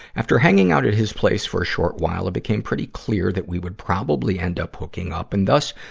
after hanging out at his place for a short while, it became pretty clear that we would probably end up hooking up and, thus,